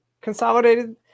consolidated